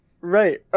Right